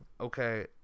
okay